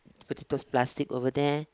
potatoes plastic over there